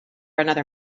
another